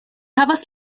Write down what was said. havas